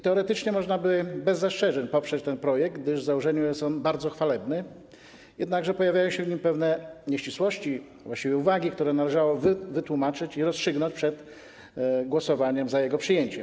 Teoretycznie można by bez zastrzeżeń poprzeć ten projekt, gdyż w założeniu jest on bardzo chwalebny, jednakże pojawiają się w nim pewne nieścisłości, a właściwie są do niego uwagi, kwestie, które należało wytłumaczyć i rozstrzygnąć przed głosowaniem za jego przyjęciem.